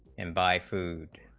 and buy food,